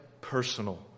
personal